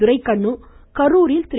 துரைக்கண்ணு கரூரில் திரு